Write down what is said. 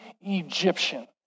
Egyptian